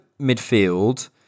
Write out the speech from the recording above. midfield